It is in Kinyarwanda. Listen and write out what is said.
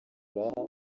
furaha